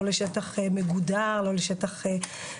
לא לשטח מגודר וכולי,